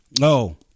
No